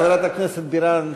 חברת הכנסת בירן,